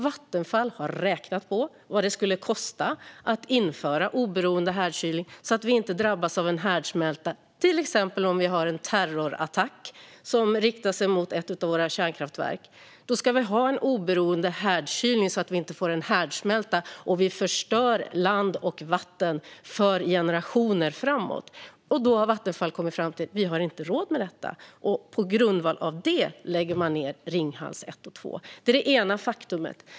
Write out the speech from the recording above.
Vattenfall har räknat på vad det skulle kosta att införa oberoende härdkylning så att vi inte drabbas av en härdsmälta, till exempel om en terrorattack riktas mot ett av våra kärnkraftverk. Då ska vi ha oberoende härdkylning så att vi inte får en härdsmälta och förstör land och vatten för generationer framåt. Vattenfall har kommit fram till att vi inte har råd med detta, och på grundval av det lägger man ned Ringhals 1 och 2. Det är det ena faktumet.